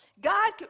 God